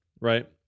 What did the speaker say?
right